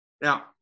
Now